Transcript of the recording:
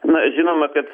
na žinoma kad